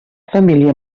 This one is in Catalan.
família